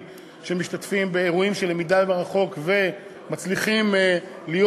שמשתתפים באירועים של למידה מרחוק ומצליחים להיות